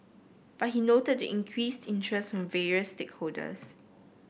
but he noted the increased interest from various stakeholders